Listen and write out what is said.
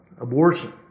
abortion